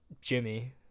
Jimmy